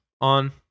on